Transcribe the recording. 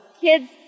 kids